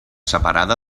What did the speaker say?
separada